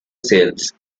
sales